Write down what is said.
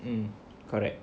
um correct